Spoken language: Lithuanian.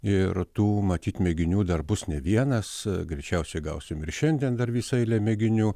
ir tų matyt mėginių dar bus ne vienas greičiausiai gausim ir šiandien dar visą eilę mėginių